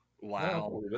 Wow